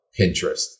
Pinterest